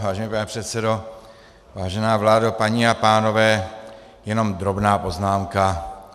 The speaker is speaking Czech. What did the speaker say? Vážený pane předsedo, vážená vládo, paní a pánové, jenom drobná poznámka.